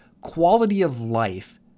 quality-of-life